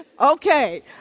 Okay